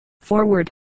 Forward